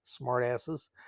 smartasses